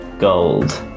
gold